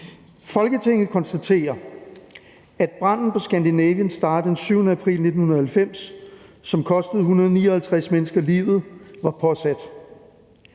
»Folketinget konstaterer, - at branden på »Scandinavian Star« den 7. april 1990, som kostede 159 mennesker livet, var påsat,